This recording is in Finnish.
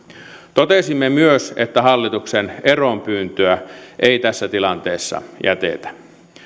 totesimme myös että hallituksen eronpyyntöä ei tässä tilanteessa jätetä